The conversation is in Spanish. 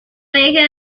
colegio